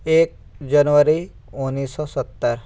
एक जनवरी उन्नीस सौ सो सत्तर